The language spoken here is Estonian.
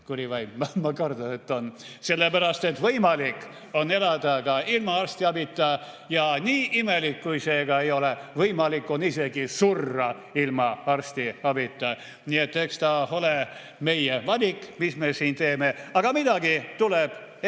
Kurivaim, ma kardan, et on. Sellepärast, et võimalik on elada ka ilma arstiabita. Ja nii imelik kui see ka ei ole, võimalik on isegi surra ilma arstiabita. Nii et eks ta ole meie valik, mis me siin teeme. Aga midagi tuleb